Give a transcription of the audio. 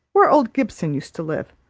where old gibson used to live.